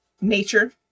nature